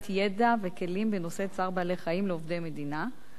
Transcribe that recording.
ידע וכלים בנושא צער בעלי-חיים לעובדי מדינה.